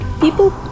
people